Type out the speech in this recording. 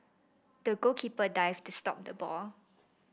the goalkeeper dived to stop the ball